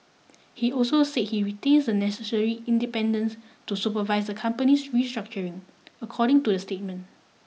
he also say he retains the necessary independence to supervise the company's restructuring according to the statement